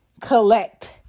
collect